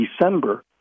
December